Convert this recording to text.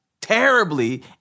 terribly